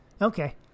Okay